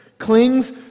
clings